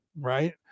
right